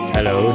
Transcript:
Hello